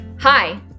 Hi